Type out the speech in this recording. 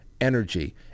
energy